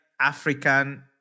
African